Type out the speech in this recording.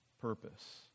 purpose